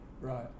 Right